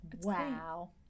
wow